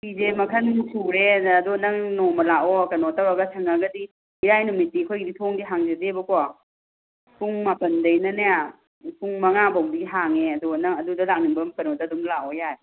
ꯐꯤꯁꯦ ꯃꯈꯟ ꯁꯨꯔꯦ ꯑꯗꯣ ꯅꯪ ꯅꯣꯡꯃ ꯂꯥꯛꯑꯣ ꯀꯩꯅꯣ ꯇꯧꯔꯒ ꯁꯪꯉꯒꯗꯤ ꯏꯔꯥꯏ ꯅꯨꯃꯤꯠꯇꯤ ꯑꯩꯈꯣꯏꯒꯤꯗꯤ ꯊꯣꯡꯗꯤ ꯍꯥꯡꯖꯗꯦꯕꯀꯣ ꯄꯨꯡ ꯃꯥꯄꯜꯗꯒꯤꯅꯅꯦ ꯄꯨꯡ ꯃꯥꯡꯉꯥꯕꯧꯗꯤ ꯍꯥꯡꯉꯦ ꯑꯗꯣ ꯅꯪ ꯑꯗꯨꯗ ꯂꯥꯛꯅꯤꯡꯕ ꯀꯩꯅꯣꯗ ꯑꯗꯨꯝ ꯂꯥꯛꯑꯣ ꯌꯥꯔꯦ